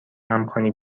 همخوانی